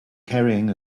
carrying